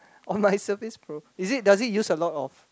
on my surface pro is it does it use a lot of